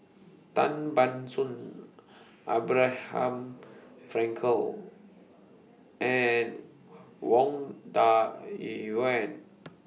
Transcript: Tan Ban Soon Abraham Frankel and Wang Dayuan